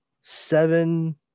seven